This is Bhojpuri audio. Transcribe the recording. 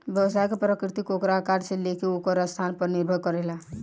व्यवसाय के प्रकृति ओकरा आकार से लेके ओकर स्थान पर निर्भर करेला